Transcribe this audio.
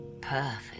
perfect